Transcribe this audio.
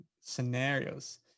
scenarios